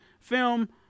film